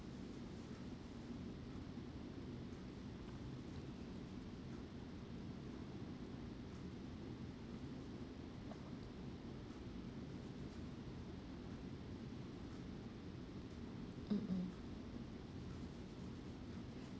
mm mm